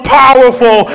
powerful